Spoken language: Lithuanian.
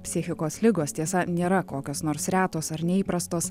psichikos ligos tiesa nėra kokios nors retos ar neįprastos